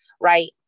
right